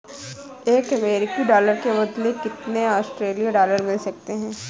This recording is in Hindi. एक अमेरिकी डॉलर के बदले कितने ऑस्ट्रेलियाई डॉलर मिल सकते हैं?